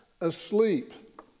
asleep